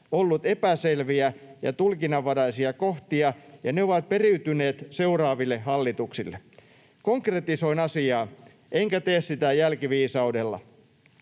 ollut epäselviä ja tulkinnanvaraisia kohtia ja ne ovat periytyneet seuraaville hallituksille.” ”Konkretisoin asiaa enkä tee sitä jälkiviisaudella.